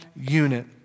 unit